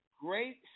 great